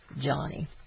Johnny